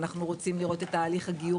אנחנו רוצים לראות את תהליך הגיור,